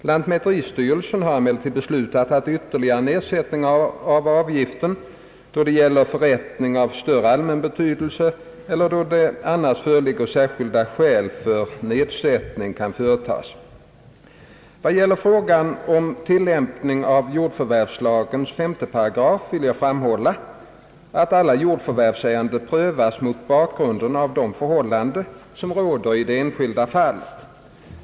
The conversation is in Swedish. Lantmäteristyrelsen kan emellertid besluta om ytterligare nedsättning av avgiften då det gäller förrättning av större allmän betydelse eller då det annars föreligger särskilda skäl för nedsättning. Vad gäller frågan om tillämpningen av jordförvärvslagens 5 8 vill jag framhålla, att alla jordförvärvsärenden prövas mot bakgrund av de förhållanden, som råder i det enskilda fallet.